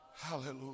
Hallelujah